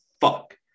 fuck